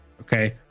Okay